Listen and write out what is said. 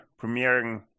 premiering